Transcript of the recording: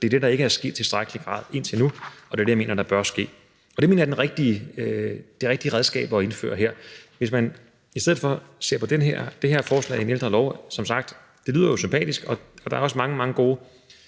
Det er det, der ikke er sket i tilstrækkelig grad indtil nu, og det er det, jeg mener bør ske. Det mener jeg er det rigtige redskab at indføre her. Hvis man i stedet ser på det her forslag om en ældrelov, lyder det jo som sagt sympatisk, og der er også mange, mange gode